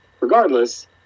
regardless